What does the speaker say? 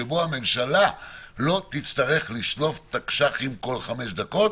שבו הממשלה לא תצטרך לשלוף תקש"חים בכל חמש דקות,